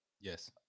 Yes